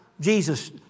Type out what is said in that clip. Jesus